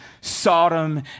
Sodom